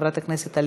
חברת הכנסת שרן השכל,